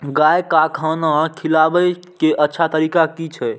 गाय का खाना खिलाबे के अच्छा तरीका की छे?